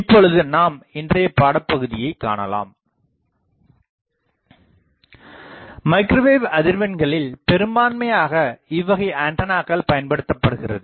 இப்பொழுது நாம் இன்றைய பாடப்பகுதியை காணலாம் மைக்ரோவேவ் அதிர்வெண்களில் பெரும்பான்மையாக இவ்வகை ஆண்டனாக்கள் பயன்படுத்தப்படுகிறது